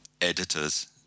editors